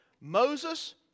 Moses